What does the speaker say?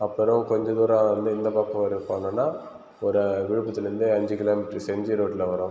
அப்புறம் கொஞ்சம் தூரம் ஆனதும் இந்த பக்கம் இப்படி போனோம்னா ஒரு விழுப்புரத்திலேருந்து அஞ்சு கிலோமீட்டரு செஞ்சி ரோட்டில் வரும்